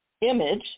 Image